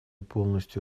полностью